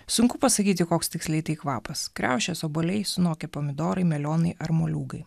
sunku pasakyti koks tiksliai tai kvapas kriaušės obuoliai sunokę pomidorai melionai ar moliūgai